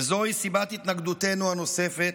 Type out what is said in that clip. וזוהי סיבת התנגדותנו הנוספת,